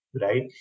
right